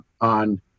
on